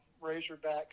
Razorback